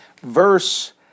verse